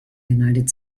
united